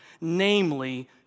Namely